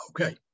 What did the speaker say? Okay